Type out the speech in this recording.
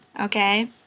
Okay